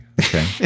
Okay